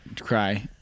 cry